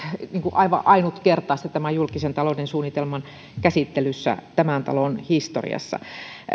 aivan ainutkertaista julkisen talouden suunnitelman käsittelyssä tämän talon historiassa